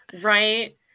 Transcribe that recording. Right